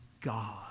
God